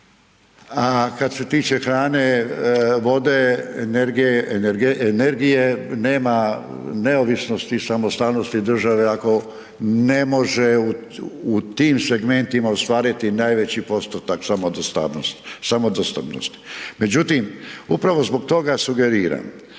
a kad se tiče hrane, vode, energije nema neovisnosti i samostalnosti države ako ne može u tim segmentima ostvariti najveći postotak samodostavnosti. Međutim, upravo zbog toga sugeriram